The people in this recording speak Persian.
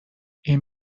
این